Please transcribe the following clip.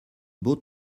beau